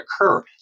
occur